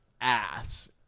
ass